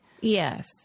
Yes